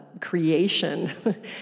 creation